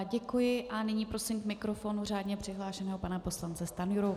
Děkuji a nyní prosím k mikrofonu řádně přihlášeného pana poslance Stanjuru.